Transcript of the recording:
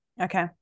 Okay